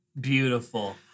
Beautiful